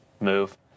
move